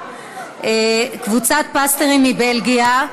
קבוצת פסטורים מבלגיה.